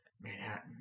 Manhattan